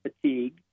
fatigue